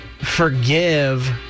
forgive